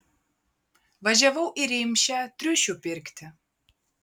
važiavau į rimšę triušių pirkti